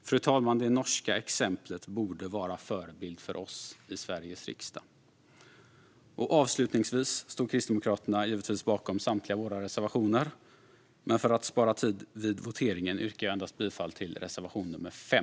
Det norska exemplet borde vara en förebild för oss i Sveriges riksdag, fru talman. Avslutningsvis står vi i Kristdemokraterna givetvis bakom samtliga våra reservationer, men för att spara tid vid voteringen yrkar jag bifall endast till reservation nr 5.